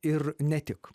ir ne tik